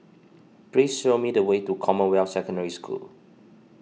please show me the way to Commonwealth Secondary School